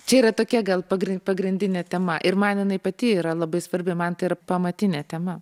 čia yra tokia gal pagr pagrindinę temą ir man jinai pati yra labai svarbi man tai yra pamatinė tema